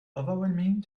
overwhelming